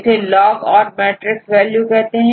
इसे log odd matrix value कहते हैं